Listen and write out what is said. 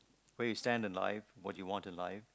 where you stand in life what you want in life